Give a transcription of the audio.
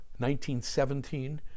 1917